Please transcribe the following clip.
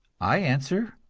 i answer,